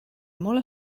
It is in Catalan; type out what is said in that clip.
molt